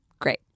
great